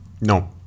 No